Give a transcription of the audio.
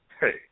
Hey